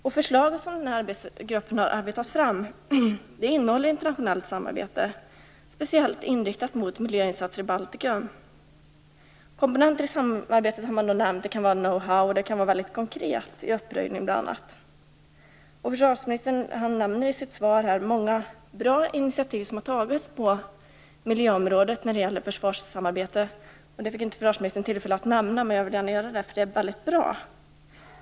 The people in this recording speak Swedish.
Det förslag som arbetsgruppen har arbetat fram innehåller internationellt samarbete, speciellt inriktat mot miljöinsatser i Baltikum. Komponenter i samarbetet som man har nämnt är know-how eller väldigt konkret hjälp med bl.a. uppröjning. Försvarsministern nämner i sitt svar många bra initiativ som har tagits på miljöområdet när det gäller försvarssamarbete. Försvarsministern fick inte tillfälle att nämna det, men jag vill gärna göra det eftersom initiativen är väldigt bra.